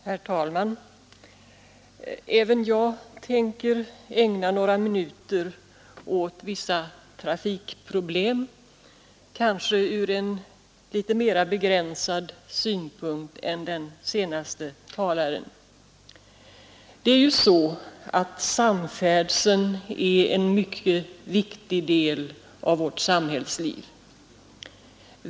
Herr talman! Även jag tänker ägna några minuter åt vissa trafikproblem, kanske ur en litet mera begränsad synvinkel än den senaste talarens. Samfärdseln är en mycket viktig del av vårt samhällsliv.